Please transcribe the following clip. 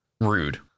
Rude